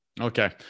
Okay